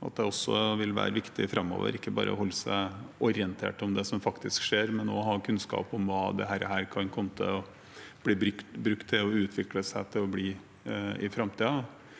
og at det vil være viktig framover ikke bare å holde seg orientert om det som skjer, men også å ha kunnskap om hva dette kan bli brukt til og utvikle seg til å bli i framtiden.